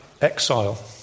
exile